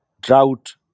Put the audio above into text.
drought